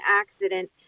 accident